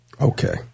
Okay